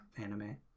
anime